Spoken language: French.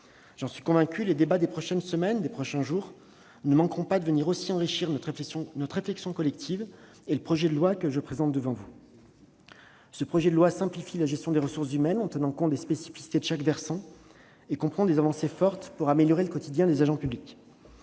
J'en suis convaincu, les débats des prochains jours ne manqueront pas d'enrichir notre réflexion collective, ainsi que le projet de loi lui-même. Ce projet de loi simplifie la gestion des ressources humaines, en tenant compte des spécificités de chaque versant et comprend des avancées fortes pour améliorer le quotidien des agents publics.